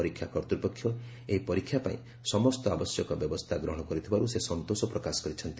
ପରୀକ୍ଷା କର୍ତ୍ତ୍ୱପକ୍ଷ ଏହି ପରୀକ୍ଷା ପାଇଁ ସମସ୍ତ ଆବଶ୍ୟକ ବ୍ୟବସ୍ଥା ଗ୍ରହଣ କରିଥିବାରୁ ସେ ସନ୍ତୋଷ ପ୍ରକାଶ କରିଛନ୍ତି